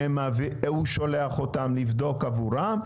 שהוא שולח אותם לבדוק עבורם,